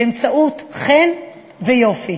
באמצעות חן ויופי.